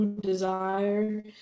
desire